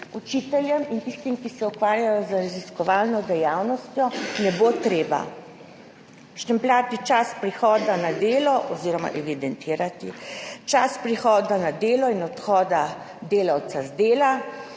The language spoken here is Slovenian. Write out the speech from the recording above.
učiteljem in tistim, ki se ukvarjajo z raziskovalno dejavnostjo, ne bo treba štempljati časa prihoda na delo oziroma evidentirati časa prihoda na delo in odhoda delavca z dela,